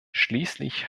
schließlich